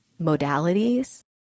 modalities